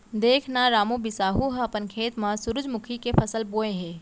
देख न रामू, बिसाहू ह अपन खेत म सुरूजमुखी के फसल बोय हे